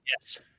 Yes